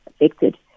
affected